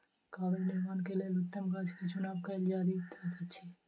कागज़ निर्माण के लेल उत्तम गाछ के चुनाव कयल जाइत अछि